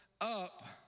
up